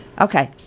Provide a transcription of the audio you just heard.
Okay